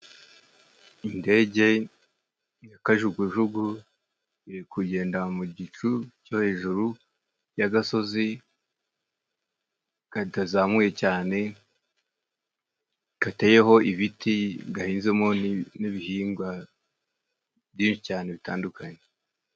Indege ya kajugujugu iri kugenda mu gicu cyo hejuru y'agasozi kadazamuye cyane. Kateyeho ibiti, gahinzemo n'ibihingwa byinshi cyane bitandukanye.